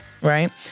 right